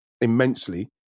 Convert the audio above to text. immensely